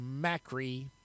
Macri